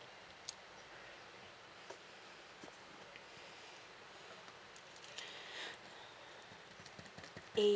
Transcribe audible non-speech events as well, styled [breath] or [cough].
[breath] A